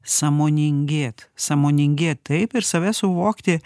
sąmoningėt sąmoningėt taip ir save suvokti